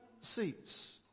seats